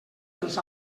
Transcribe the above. dels